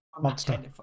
Monster